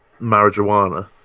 marijuana